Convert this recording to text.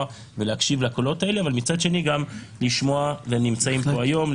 ולהקשיב לקולות האלה ומצד שני גם לשמוע את בכירי